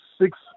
six